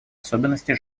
особенности